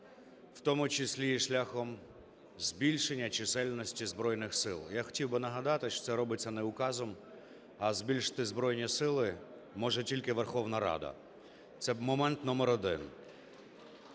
в тому числі і шляхом збільшення чисельності Збройних Сил. Я хотів би нагадати, що це робиться не указом, а збільшити Збройні Сили може тільки Верховна Рада. Це момент номер один.